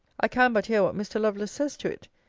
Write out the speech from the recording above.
i can but hear what mr. lovelace says to it?